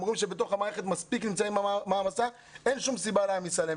המורים שבתוך המערכת נמצאים במעמסה ואין שום סיבה להעמיס עליהם עוד.